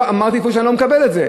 לא, כבר אמרתי שאני לא מקבל את זה.